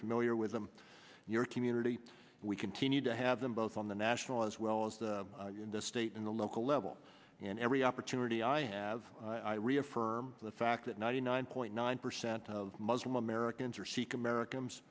familiar with them and your community we continue to have them both on the national as well as in the state in the local level and every opportunity i have i reaffirm the fact that ninety nine point nine percent of muslim americans are sikh americans